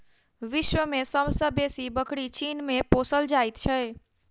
विश्व मे सब सॅ बेसी बकरी चीन मे पोसल जाइत छै